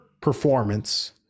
performance